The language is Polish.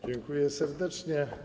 Dziękuję serdecznie.